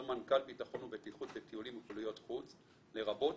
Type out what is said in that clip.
מנכ"ל ביטחון ובטיחות בטיולים ופעילויות חוץ לרבות